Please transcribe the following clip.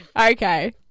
Okay